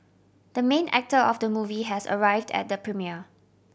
the main actor of the movie has arrived at the premiere